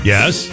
Yes